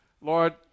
Lord